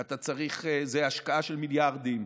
זה השקעה של מיליארדים.